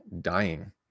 dying